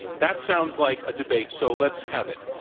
that sounds like a debate. so let's have it.